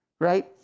Right